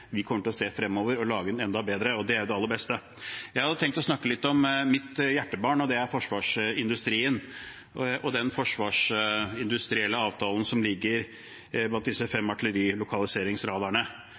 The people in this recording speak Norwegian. Vi kommer til å se fremover og lage den enda bedre, og det er det aller beste. Jeg hadde tenkt å snakke litt om mitt hjertebarn, og det er forsvarsindustrien og den forsvarsindustrielle avtalen som ligger blant disse fem